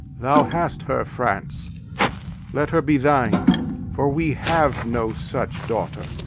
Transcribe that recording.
thou hast her, france let her be thine for we have no such daughter,